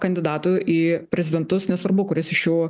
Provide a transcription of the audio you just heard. kandidatu į prezidentus nesvarbu kuris iš jų